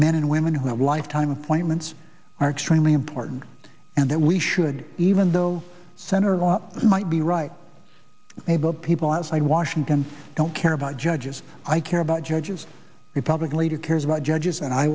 men and women who have lifetime appointments are extremely important and that we should even though senator lott might be right able people outside washington don't care about judges i care about judges republican leader cares about judges and i